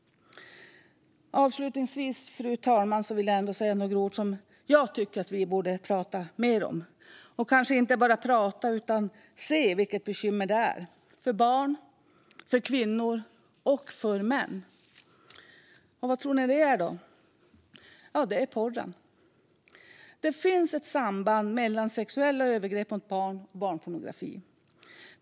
Avslutningsvis, fru talman, vill jag ändå säga några ord om något som jag tycker att vi borde prata mer om - och kanske inte bara prata om, utan vi behöver även se vilket bekymmer det är för barn, för kvinnor och för män. Och vad tror ni att det är då? Jo, det är porren. Det finns ett samband mellan sexuella övergrepp mot barn och barnpornografi.